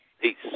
Peace